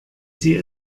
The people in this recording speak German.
sie